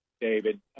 David